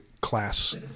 class